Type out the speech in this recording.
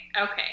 Okay